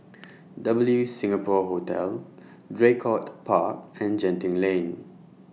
W Singapore Hotel Draycott Park and Genting Lane